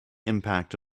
impact